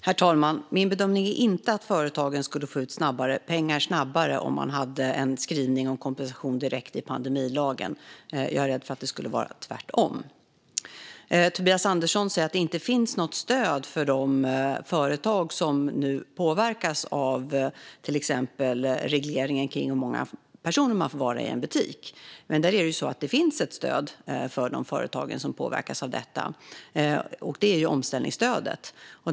Herr talman! Min bedömning är inte att företagen skulle få ut pengar snabbare om man hade en skrivning om kompensation direkt i pandemilagen. Jag är rädd för att det skulle bli tvärtom. Tobias Andersson säger att det inte finns något stöd för de företag som nu påverkas av till exempel regleringen av många personer som får vara i en butik. Men det finns ett stöd för de företag som påverkas av detta, och det är omställningsstödet.